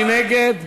מי נגד?